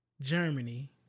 Germany